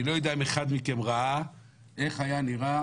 אני לא יודע אם אחד מכם ראה איך היו נראים